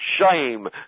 Shame